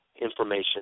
information